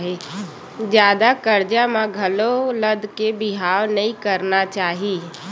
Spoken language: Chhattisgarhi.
जादा करजा म घलो लद के बिहाव नइ करना चाही